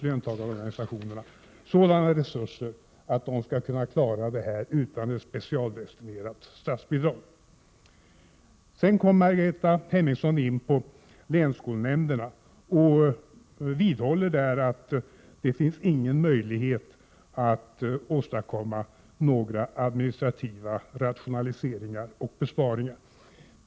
Löntagarorganisationerna har faktiskt sådana resurser att de skall kunna klara detta utan specialdestinerade statsbidrag. Margareta Hemmingsson kom in på länsskolnämnderna och vidhöll att det inte finns möjlighet att åstadkomma några administrativa rationaliseringar eller besparingar där.